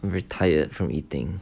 very tired from eating